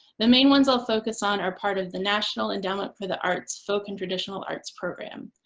the main ones i'll focus on are part of the national endowment for the arts folk and traditional arts program.